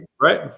Right